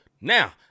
now